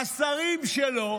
השרים שלו,